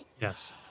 Yes